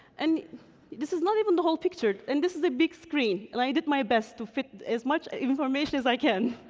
and this is not even the whole picture, and this is a big screen, and i did my best to fit as much information as i can.